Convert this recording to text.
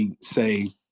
say